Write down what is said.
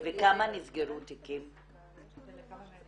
וכמה תיקים נסגרו?